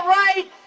right